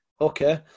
okay